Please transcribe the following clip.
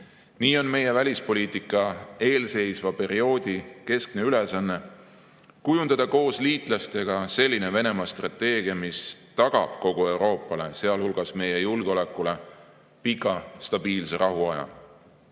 Nii on meie välispoliitika eelseisva perioodi keskne ülesanne kujundada koos liitlastega selline Venemaa-strateegia, mis tagab kogu Euroopale, sealhulgas meie julgeolekule, pika ja stabiilse rahuaja.